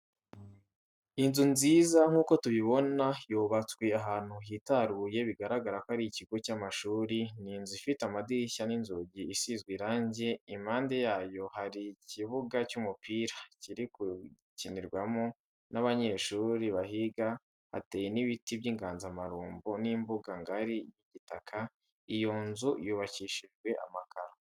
Inzu nziza nkuko tubibona yubatswe ahanu hitaruye biragarako Ari ikigo cyamashuri ninzu ifite amadirishya ninzugi isinzwe irange imande yayo hari ikibuga cyumupira kirigukinirwamo naba Nyeshuri bahiga hateye nibiti byinganzamarumbu nimbuga ngari yigitaka uyonzu yubakishijwe amakaro